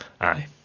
aye